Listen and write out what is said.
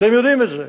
אתם יודעים את זה,